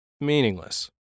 meaningless